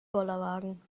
bollerwagen